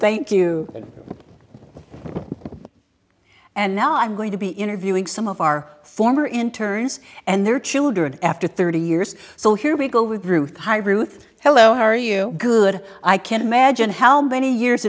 thank you and now i'm going to be interviewing some of our former interns and their children after thirty years so here we go with ruth hi ruth hello how are you good i can't imagine how many years